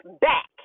back